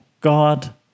god